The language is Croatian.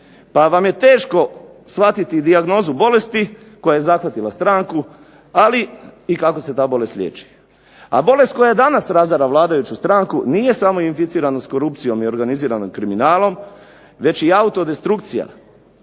pa vam je teško shvatiti dijagnozu bolesti koja je zahvatila stranku, ali i kako se ta bolest liječi. A bolest koja danas razara vladajuću stranku nije samo inficiranost korupcijom i organiziranim kriminalom, već i autodestrukcija,